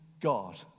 God